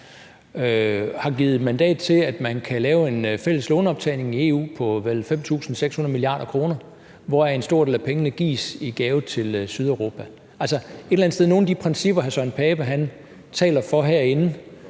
har givet mandat til, at man kan lave en fælles lånoptagning i EU på vel 5.600 mia. kr., hvoraf en stor del af pengene gives i gave til Sydeuropa. Altså, et eller andet sted holder de principper, hr. Søren Pape Poulsen taler for herinde,